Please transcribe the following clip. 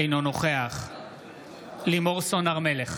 אינו נוכח לימור סון הר מלך,